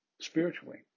spiritually